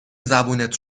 زبونت